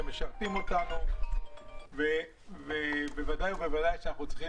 שהם משרתים אותנו ובוודאי אנחנו צריכים